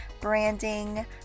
branding